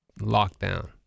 lockdown